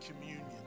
communion